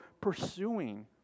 pursuing